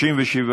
התשע"ח 2018,